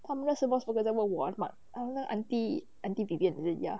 他们那时 mos burger 在问我买那 auntie auntie 比别人在家